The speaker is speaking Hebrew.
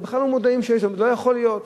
בכלל לא מודעים שיש שם, לא יכול להיות.